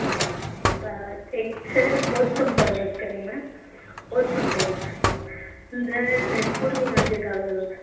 હા તો આ એક છે ઓસમ પર્વત કરીને ઓસમ હિલ જે જેતપુરની નજીક આવેલું છે